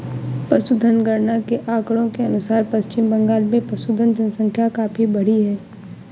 पशुधन गणना के आंकड़ों के अनुसार पश्चिम बंगाल में पशुधन जनसंख्या काफी बढ़ी है